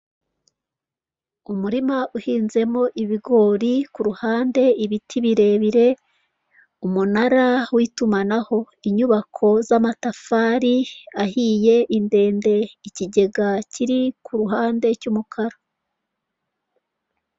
Umurima uhinzemo ibigori ku ruhande ibiti birebire, umunara w'itumanaho, inyubako z'amatafari ahiye ndende, ikigega kiri ku ruhande cy'umukara.